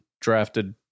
drafted